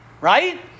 right